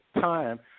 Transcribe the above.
time